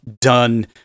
done